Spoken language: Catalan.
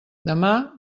demà